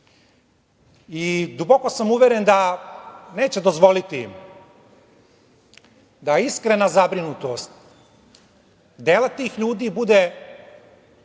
Duboko sam uveren da neće dozvoliti da iskrena zabrinutost dela tih ljudi, dakle